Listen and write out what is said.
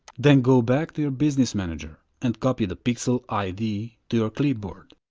then go back to your business manager and copy the pixel id to your clipboard.